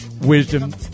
wisdom